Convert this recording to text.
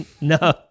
no